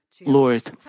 Lord